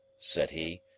said he.